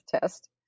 test